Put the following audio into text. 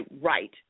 right